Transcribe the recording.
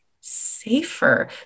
safer